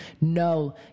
No